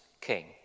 king